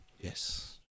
Yes